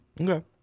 Okay